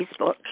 Facebook